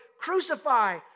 Crucify